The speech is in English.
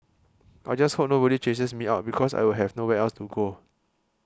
I just hope nobody chases me out because I will have nowhere else to go